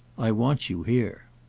i want you here.